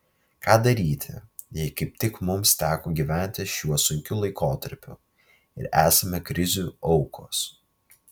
ką daryti jei kaip tik mums teko gyventi šiuo sunkiu laikotarpiu ir esame krizių aukos